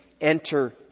enter